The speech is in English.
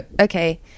okay